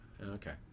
Okay